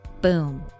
Boom